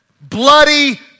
bloody